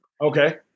Okay